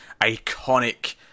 iconic